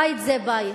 בית זה בית.